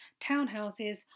townhouses